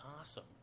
awesome